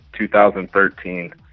2013